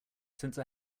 since